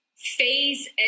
phase